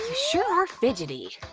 sure are fidgety,